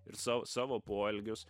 ir sau savo poelgius